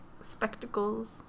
spectacles